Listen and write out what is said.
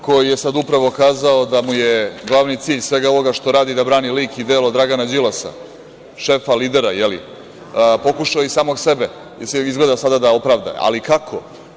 koji je sad upravo kazao da mu je glavni cilj svega ovoga što radi da brani lik i delo Dragana Đilasa, šefa, lidera, je li, pokušao je i samog sebe izgleda sada da opravda, ali kako?